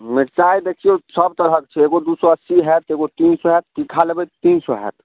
मिरचाइ देखियौ सभ तरहक छै एगो दू सए अस्सी होयत एगो तीन सए होयत निकहा लेबै तीन सए होयत